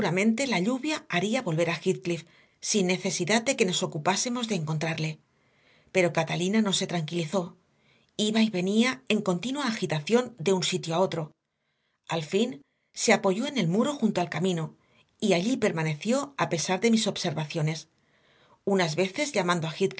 la lluvia haría volver a heathcliff sin necesidad de que nos ocupásemos de encontrarle pero catalina no se tranquilizó iba y venía en continua agitación de un sitio a otro al fin se apoyó en el muro junto al camino y allí permaneció a pesar de mis observaciones unas veces llamando a